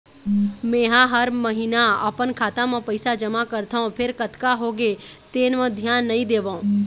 मेंहा हर महिना अपन खाता म पइसा जमा करथँव फेर कतका होगे तेन म धियान नइ देवँव